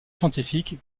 scientifiques